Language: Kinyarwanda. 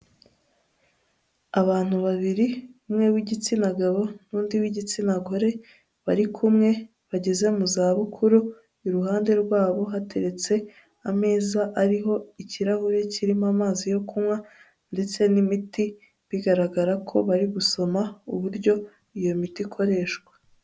Abantu babiri umwe w'igitsina gabo n'undi w'igitsina gore bari kumwe bageze mu za bukuru, iruhande rwabo hateretse ameza ariho ikirahure kirimo amazi yo kunywa ndetse n'imiti bigaragara ko bari gusoma uburyo iyo miti ikoreshwa.